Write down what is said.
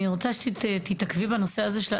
אני רוצה שתתעכבי בנושא הזה.